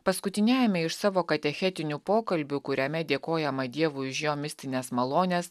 paskutiniajame iš savo katechetinių pokalbių kuriame dėkojama dievui už jo mistines malones